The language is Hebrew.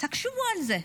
תחשבו על זה.